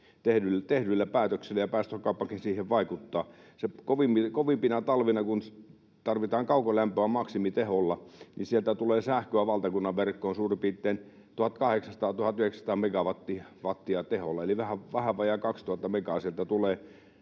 tehdyillä päätöksillä, ja päästökauppakin siihen vaikuttaa. Kovimpina talvina kun tarvitaan kaukolämpöä maksimiteholla, sieltä tulee sähköä valtakunnan verkkoon suurin piirtein 1 800—1 900 megawatin teholla, eli vähän vajaan 2 000 megan teholla sieltä tulee